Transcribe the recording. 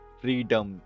freedom